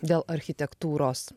dėl architektūros